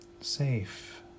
Safe